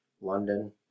London